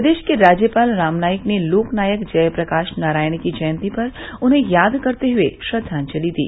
प्रदेश के राज्यपाल राम नाईक ने लोकनायक जयप्रकाश नारायण की जयंती पर उन्हे यद करते हुए श्रद्वाजल दी